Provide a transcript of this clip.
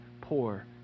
poor